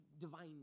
divine